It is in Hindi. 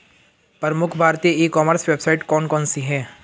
प्रमुख भारतीय ई कॉमर्स वेबसाइट कौन कौन सी हैं?